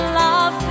love